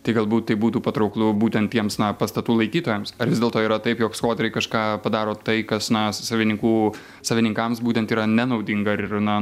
tai galbūt būtų patrauklu būtent tiems na pastatų laikytojams ar vis dėlto yra taip jog skvoteriai kažką padaro tai kas na savininkų savininkams būtent yra nenaudinga ir na